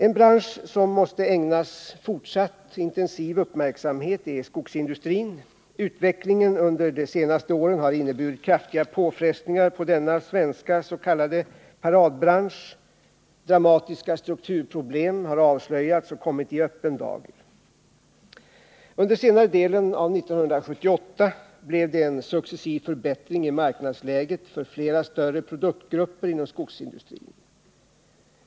En bransch som måste ägnas fortsatt intensiv uppmärksamhet är skogsindustrin. Utvecklingen under de senaste åren har inneburit kraftiga påfrestningar på denna svenska s.k. paradbransch. Dramatiska strukturproblem har avslöjats och kommit i öppen dager. Under senare delen av 1978 blev det en successiv förbättring i marknadsläget för flera större produktgrupper inom skogsindustrin.